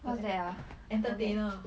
en~ entertainer